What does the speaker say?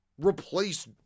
replace